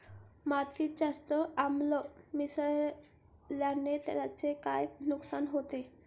मातीत जास्त आम्ल मिसळण्याने त्याचे काय नुकसान होते?